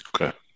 Okay